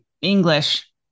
English